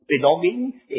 belonging